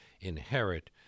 inherit